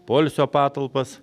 poilsio patalpas